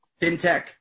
fintech